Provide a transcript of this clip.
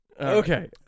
Okay